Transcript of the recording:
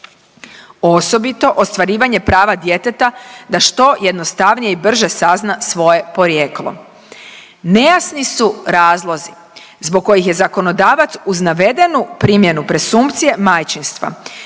osobito ostvarivanje prava djeteta da što jednostavnije i brže sazna svoje porijeklo. Nejasni su razlozi zbog kojih je zakonodavac uz navedenu primjenu presumpcije majčinstva